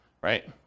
right